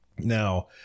Now